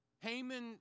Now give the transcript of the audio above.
Haman